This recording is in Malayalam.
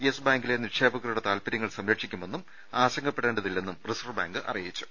യെസ് ബാങ്കിലെ നിക്ഷേപകരുടെ താൽപര്യങ്ങൾ സംരക്ഷിക്കുമെന്നും ആശങ്കപ്പെടേണ്ടതില്ലെന്നും റിസർവ്വ് ബാങ്ക് അറിയിച്ചു